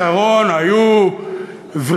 כי לאריאל שרון היו ורידים,